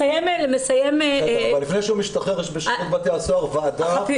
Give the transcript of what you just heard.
מסיים --- אבל לפני שהוא משתחרר יש בשירות בתי הסוהר ועדה.